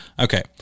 okay